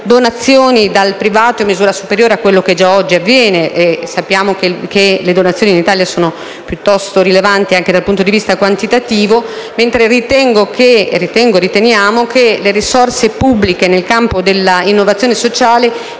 donazioni dal privato in maniera superiore a quanto avviene oggi. Sappiamo che le donazioni in Italia sono piuttosto rilevanti anche dal punto di vista quantitativo, mentre riteniamo che le risorse pubbliche nel campo dell'innovazione sociale